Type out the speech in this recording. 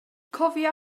cofia